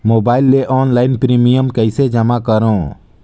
Mobile ले online premium कइसे जमा करों?